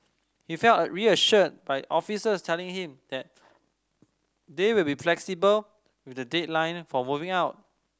he felt reassured by officers telling him that they will be flexible with the deadline for moving out